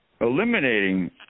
eliminating